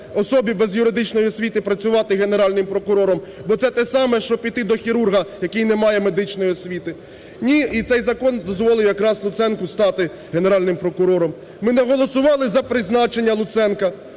особі без юридичної освіти працювати Генеральним прокурором, бо це те саме, що піти до хірурга, який не має медичної освіти. І цей закон дозволив якраз Луценку стати Генеральним прокурором. Ми не голосували за призначення Луценка,